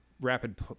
rapid